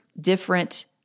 different